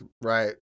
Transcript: Right